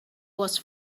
was